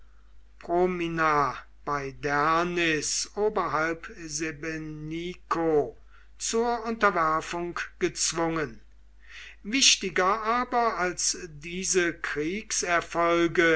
bei dernis oberhalb sebenico zur unterwerfung gezwungen wichtiger aber als diese